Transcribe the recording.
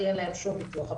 כי אין להם שום ביטוח.